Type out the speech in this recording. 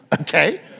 Okay